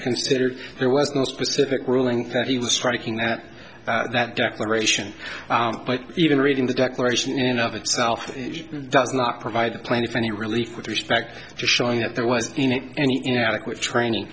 considered there was no specific ruling that he was striking that that declaration might even reading the declaration in of itself does not provide the plaintiff any relief with respect to showing that there was any in adequate training